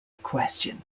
question